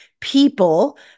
people